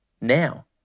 Now